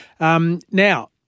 Now